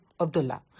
Abdullah